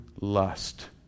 lust